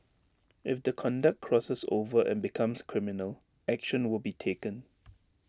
if the conduct crosses over and becomes criminal action will be taken